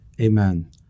Amen